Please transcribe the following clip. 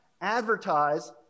advertise